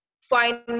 find